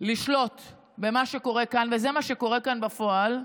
לשלוט במה שקורה כאן, וזה מה שקורה כאן בפועל,